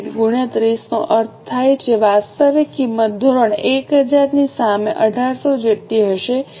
60 ગુણ્યા 30 નો અર્થ થાય છે વાસ્તવિક કિંમત ધોરણ 1000 ની સામે 1800 જેટલી હશે